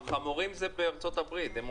הישיבה